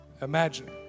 Imagine